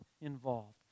involved